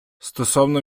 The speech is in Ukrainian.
стосовно